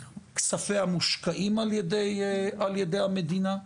כספיה מושקעים על ידי המדינה.